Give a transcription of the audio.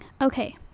Okay